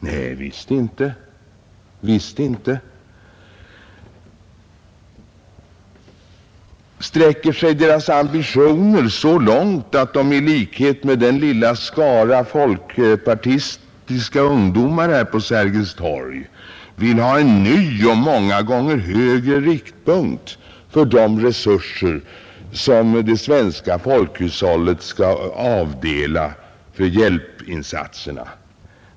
Nej, visst inte. Sträcker sig deras ambitioner så långt att de i likhet med den lilla skaran folkpartistiska ungdomar här på Sergels torg vill ha en ny och många gånger högre riktpunkt för de resurser som det svenska folkhushållet skall avdela för hjälpinsatserna?